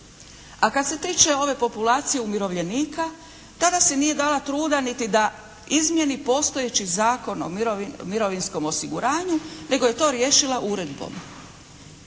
A kad se tiče ove populacije umirovljenika tada si nije dala truda niti da izmjeni postojeći Zakon o mirovinskom osiguranju nego je to riješila uredbom.